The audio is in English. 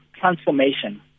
transformation